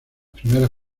primeras